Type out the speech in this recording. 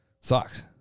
Sucks